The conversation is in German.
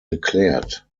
geklärt